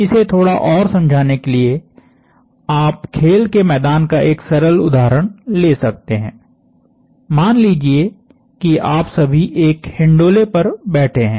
इसे थोड़ा और समझाने के लिए आप खेल के मैदान का एक सरल उदाहरण ले सकते हैं मान लीजिए कि आप सभी एक हिंडोले पर बैठे हैं